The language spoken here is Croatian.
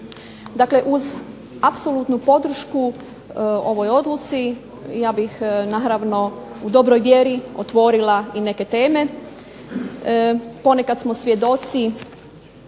Dakle uz apsolutnu podršku ovoj odluci ja bih naravno u dobroj vjeri otvorila i neke teme. Ponekad smo svjedoci